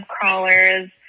crawlers